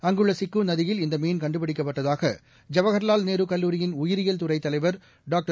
அங்குள்ளசிக்குநதியில் இந்தமீன் கண்டுபிடிக்கப்பட்டதாக ஜவஹர்லால் நேருகல்லூரியின் உயிரியல் துறைத்தலைவர் டாக்டர்